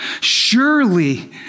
Surely